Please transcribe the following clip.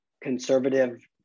conservative